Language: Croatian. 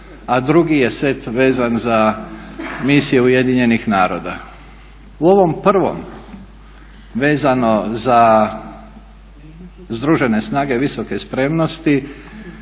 a drugi je set vezan za misije UN-a. U ovom prvom vezano za Združene snage visoke spremnosti